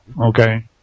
okay